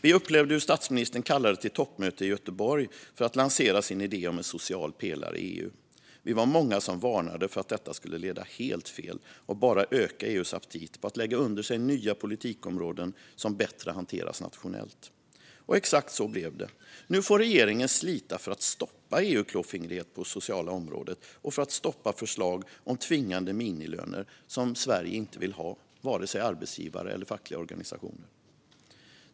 Vi upplevde hur statsministern kallade till toppmöte i Göteborg för att lansera sin idé om en social pelare i EU. Vi var många som varnade för att detta skulle leda helt fel och bara öka EU:s aptit på att lägga under sig nya politikområden som hanteras bättre nationellt. Och exakt så blev det - nu får regeringen slita för att stoppa EU-klåfingrighet på det sociala området och för att stoppa förslag om tvingande minimilöner som Sverige inte vill ha, varken från arbetsgivares eller från fackliga organisationers sida.